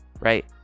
right